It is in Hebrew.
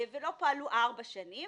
ולא פעלו 4 שנים,